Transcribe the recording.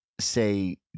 say